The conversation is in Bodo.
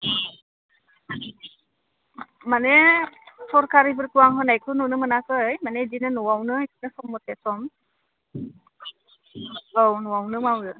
माने सरखारिफोरखौ आं होनायखौ नुनो मोनाखै माने इदिनो न'आवनो सम मथे सम औ न'आवनो मावो